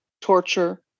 torture